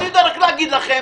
אני יודע רק להגיד לכם